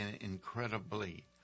incredibly